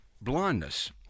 blindness